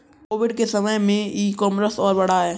Covid के समय में ई कॉमर्स और बढ़ा है